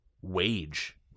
wage